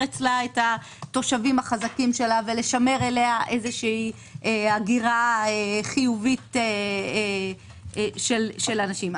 בה את התושבים החזקים שלה ולשמר אליה הגירה חיובית של אנשים.